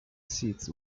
seats